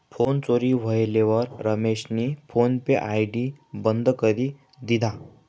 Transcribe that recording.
phone चोरी व्हयेलवर रमेशनी फोन पे आय.डी बंद करी दिधा